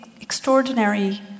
extraordinary